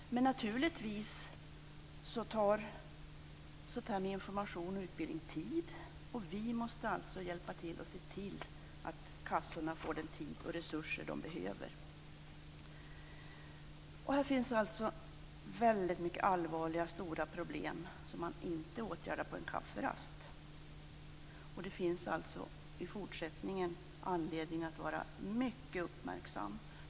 Naturligtvis tar det här med information och utbildning tid. Vi måste alltså hjälpa till här och se till att kassorna får den tid och de resurser som behövs. Här finns det alltså väldigt allvarliga och stora problem som inte åtgärdas på en kafferast. Det finns således anledning att i fortsättningen vara mycket uppmärksam.